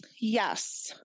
yes